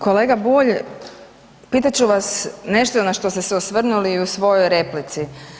Kolega Bulj, pitat ću vas nešto na što ste se osvrnuli u svojoj replici.